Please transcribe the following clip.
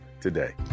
today